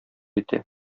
итә